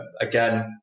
Again